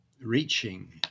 reaching